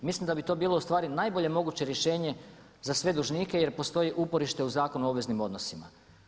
Mislim da bi to bilo najbolje moguće rješenje za sve dužnike jer postoji uporište u Zakonu o obveznim odnosima.